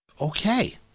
Okay